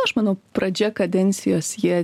aš manau pradžia kadencijos jie